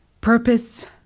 Purpose